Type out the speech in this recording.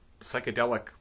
psychedelic